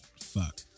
fuck